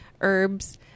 herbs